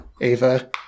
Ava